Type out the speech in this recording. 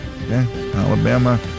Alabama